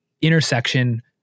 intersection